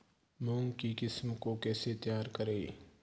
मूंग की किस्म कैसे तैयार करें?